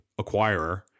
acquirer